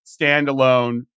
standalone